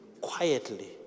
quietly